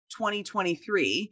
2023